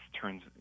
turns